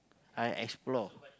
I explore